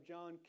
John